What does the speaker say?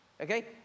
Okay